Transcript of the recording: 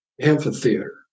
Amphitheater